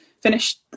finished